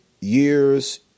years